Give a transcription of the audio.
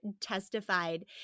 testified